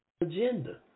Agenda